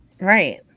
Right